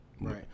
right